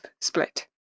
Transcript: split